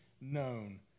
known